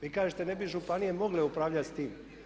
Vi kažete ne bi županije mogle upravljati s tim.